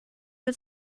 mit